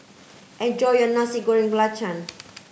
enjoy your Nasi Goreng Belacan